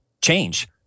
change